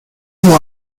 naval